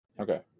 Okay